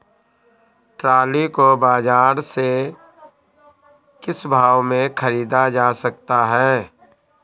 Trolley को बाजार से किस भाव में ख़रीदा जा सकता है?